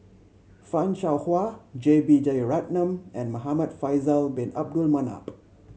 Fan Shao Hua J B Jeyaretnam and Muhamad Faisal Bin Abdul Manap